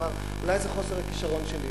אמר: אולי זה חוסר הכשרון שלי,